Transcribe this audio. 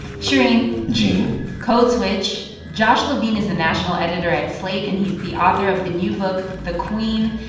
shereen gene code switch josh levin is the national editor at slate, and he's the author of the new book the queen.